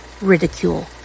ridicule